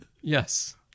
Yes